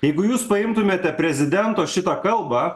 jeigu jūs paimtumėte prezidento šitą kalbą